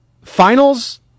Finals